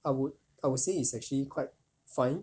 I would I would say it's actually quite fine